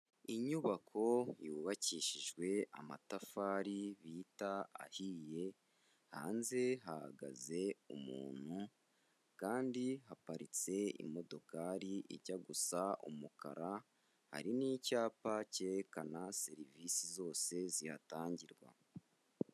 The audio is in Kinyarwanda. Inyubako yubakishijwe amatafari bita ahiye hanze, hahagaze umuntu kandi haparitse imodokari ijya gusa umukara, hari n'icyapa cyerekana service zose zihatangirwa.